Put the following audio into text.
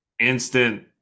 instant